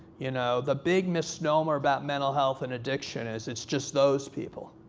you know the big misnomer about mental health and addiction is it's just those people.